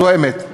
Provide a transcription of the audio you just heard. זו האמת,